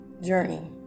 journey